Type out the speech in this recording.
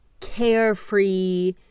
carefree